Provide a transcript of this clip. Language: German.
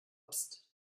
psst